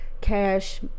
Cash